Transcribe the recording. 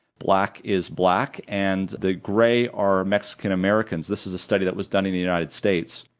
black is black, and the gray are mexican americans. this is a study that was done in the united states,